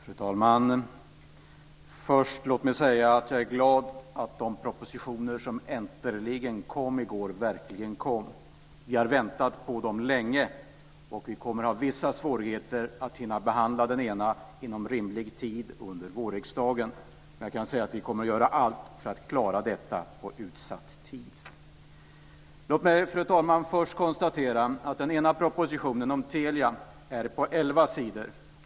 Fru talman! Låt mig först säga att jag är glad att de propositioner som äntligen kom i går verkligen kom. Vi har väntat på dem länge. Vi kommer att ha vissa svårigheter att hinna behandla den ena inom rimlig tid under vårriksdagen, men jag kan säga att vi kommer att göra allt för att klara detta på utsatt tid. Låt mig, fru talman, först konstatera att den ena propositionen, om Telia, är på elva sidor.